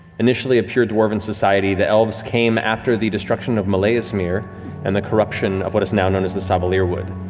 initially, a pure dwarven society, the elves came after the destruction of molaesmyr and the corruption of what is now known as the savalirwood.